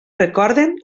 recorden